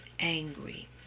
angry